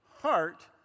heart